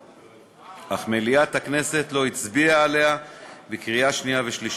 אך מליאת הכנסת לא הצביעה עליה בקריאה שנייה ושלישית.